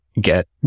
get